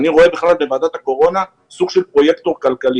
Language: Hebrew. אני רואה בוועדת הקורונה סוג של פרויקטור כלכלי.